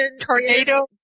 tornado